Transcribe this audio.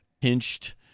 pinched